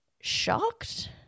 shocked